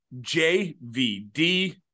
jvd